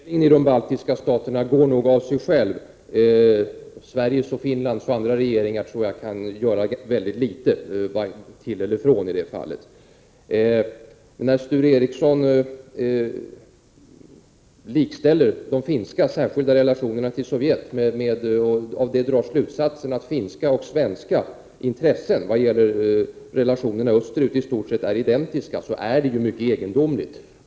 Fru talman! Utvecklingen i de baltiska staterna går nog av sig själv. Sveriges och Finlands regeringar och andra regeringar tror jag inte kan göra så mycket till eller från i det fallet. Sture Ericson likställer de finska särskilda relationerna till Sovjetunionen med de svenska och drar av detta slutsatsen att finska och svenska intressen vad gäller relationer österut i stort sett är identiska. Detta är mycket egendomligt.